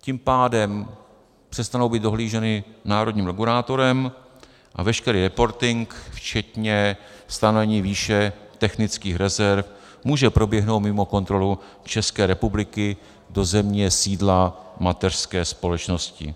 Tím pádem přestanou být dohlíženy národním regulátorem a veškerý reporting včetně stanovení výše technických rezerv může proběhnout mimo kontrolu České republiky, do země sídla mateřské společnosti.